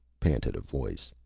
panted a voice.